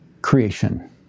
creation